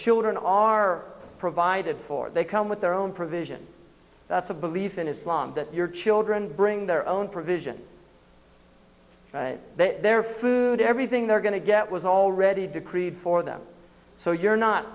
children are provided for they come with their own provision that's a belief in islam that your children bring their own provisions their food everything they're going to get was already decreed for them so you're not